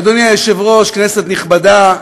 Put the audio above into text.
אדוני היושב-ראש, כנסת נכבדה,